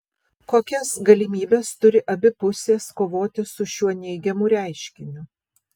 kokias galimybes turi abi pusės kovoti su šiuo neigiamu reiškiniu